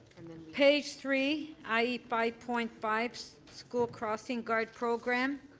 page three i e five point five school crossing guard program.